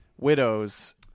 Widows